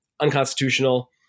unconstitutional